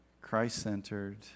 Christ-centered